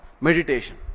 meditation